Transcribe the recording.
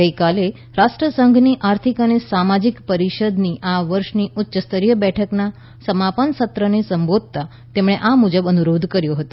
ગઇકાલે રાષ્ટ્રસંઘની આર્થિક અને સામાજીક પરીષદની આ વર્ષની ઉચ્ચસ્તરીય બેઠકના સમાપન સત્રને સંબોધતા તેમણે આ મુજબ અનુરોધ કર્યો હતો